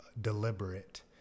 deliberate